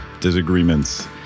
Disagreements